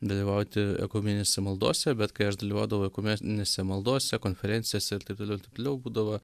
dalyvauti ekumeninėse maldose bet kai aš dalyvaudavau ekumeninėse maldose konferencijose ir taip toliau ir taip toliau būdavo